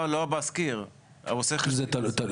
זה תלוי.